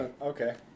Okay